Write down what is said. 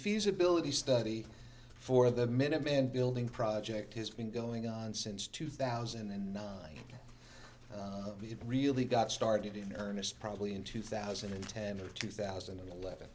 feasibility study for the minuteman building project has been going on since two thousand and nine it really got started in earnest probably in two thousand and ten or two thousand and eleven